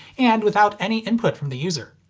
and without any input from the user.